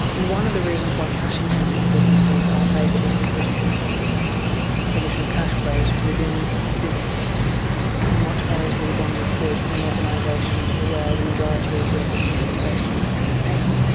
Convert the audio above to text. one of the reasons why cash intensive businesses are favoured is because you can hide additional cash flows within the business much more easily than you could in an organisation where the majority of your business is based on electronic payments.